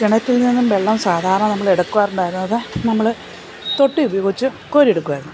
കിണറ്റിൽ നിന്നും വെള്ളം സാധാരണ നമ്മൾ എടുക്കുവാറുണ്ടായിരുന്നത് നമ്മൾ തൊട്ടി ഉപയോഗിച്ച് കോരിയെടുക്കുമായിരുന്നു